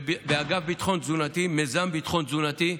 באגף ביטחון תזונתי מיזם ביטחון תזונתי,